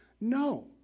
No